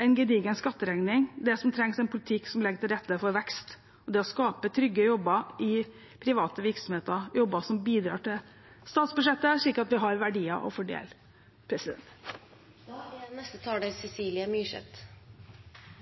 en gedigen skatteregning. Det som trengs, er en politikk som legger til rette for vekst, og det å skape trygge jobber i private virksomheter, jobber som bidrar til statsbudsjettet, slik at vi har verdier å fordele. Jeg må spørre: Hva er